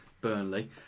Burnley